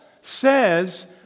says